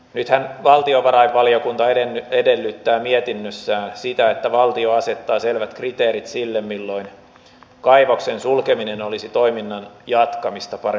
nythän valtiovarainvaliokunta edellyttää mietinnössään sitä että valtio asettaa selvät kriteerit sille milloin kaivoksen sulkeminen olisi toiminnan jatkamista parempi vaihtoehto